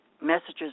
messages